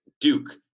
Duke